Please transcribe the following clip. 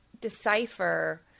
decipher